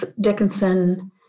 Dickinson